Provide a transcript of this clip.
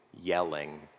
yelling